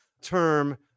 term